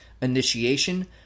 initiation